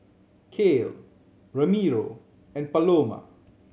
Kale Ramiro and Paloma